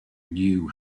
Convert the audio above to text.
new